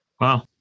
Wow